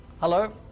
Hello